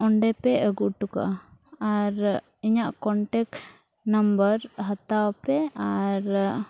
ᱚᱸᱰᱮ ᱯᱮ ᱟᱹᱜᱩ ᱦᱚᱴᱚ ᱠᱟᱜᱼᱟ ᱟᱨ ᱤᱧᱟᱹᱜ ᱦᱟᱛᱟᱣ ᱯᱮ ᱟᱨ